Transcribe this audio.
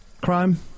crime